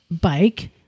bike